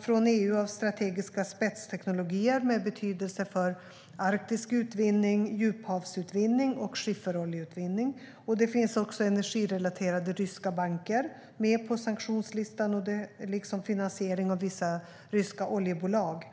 från EU av strategiska spetsteknologier med betydelse för arktisk utvinning, djuphavsutvinning och skifferoljeutvinning. Med på sanktionslistan finns också energirelaterade ryska banker, liksom finansiering av vissa ryska oljebolag.